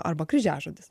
arba kryžiažodis